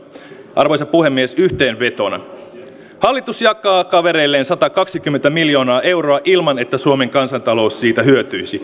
arvoisa puhemies yhteenvetona hallitus jakaa kavereilleen satakaksikymmentä miljoonaa euroa ilman että suomen kansantalous siitä hyötyisi